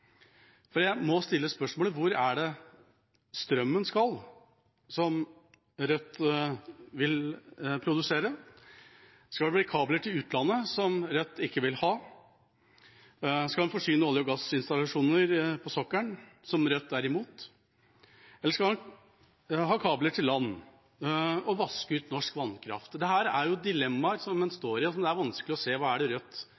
strømmen skal, som Rødt vil produsere? Skal det bli kabler til utlandet, som Rødt ikke vil ha? Skal man forsyne olje- og gassinstallasjoner på sokkelen, som Rødt er imot? Eller skal man ha kabler til land og vaske ut norsk vannkraft? Dette er dilemmaer en står i, og det er vanskelig å se hva Rødt